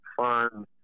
fun